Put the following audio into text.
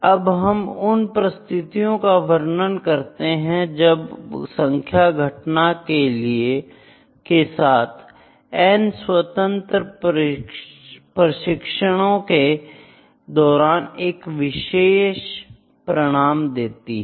अब हम उन परिस्थितियों का वर्णन करते हैं जब संख्या घटनाओं के साथ N स्वतंत्र परीक्षणों के दौरान एक विशेष परिणाम देती है